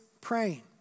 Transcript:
praying